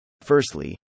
Firstly